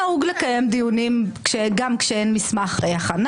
נהוג לקיים דיונים גם כשאין מסמך הכנה?